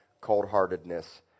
cold-heartedness